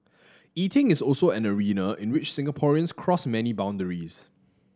eating is also an arena in which Singaporeans cross many boundaries